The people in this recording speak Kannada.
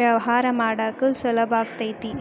ವ್ಯವಹಾರ ಮಾಡಾಕ ಸುಲಭಾಕೈತಿ